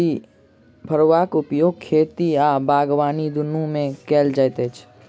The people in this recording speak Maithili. फड़ुआक उपयोग खेती आ बागबानी दुनू मे कयल जाइत अछि